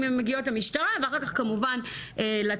אם הן מגיעות למשטרה ואחר כך כמובן לתביעה.